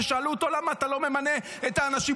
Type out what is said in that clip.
שאלו אותו: למה אתה לא ממנה את האנשים?